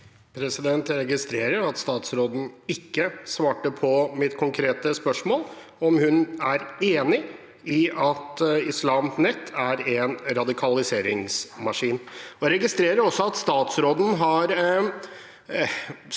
Jeg registrerer at statsråden ikke svarte på mitt konkrete spørsmål, om hun er enig i at Islam Net er en radikaliseringsmaskin. Jeg registrerer også at statsråden er